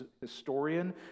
historian